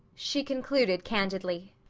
she concluded candidly,